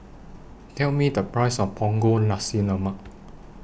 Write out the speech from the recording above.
Tell Me The Price of Punggol Nasi Lemak